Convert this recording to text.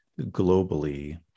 globally